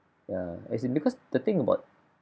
ya as in because the thing about